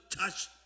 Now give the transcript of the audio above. touch